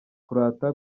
kurata